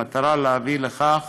במטרה להביא לכך